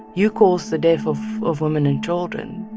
you caused the death of of women and children.